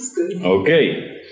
Okay